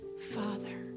Father